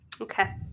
okay